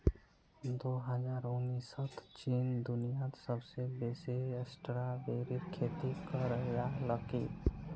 दो हजार उन्नीसत चीन दुनियात सबसे बेसी स्ट्रॉबेरीर खेती करयालकी